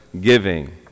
giving